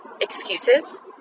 excuses